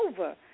over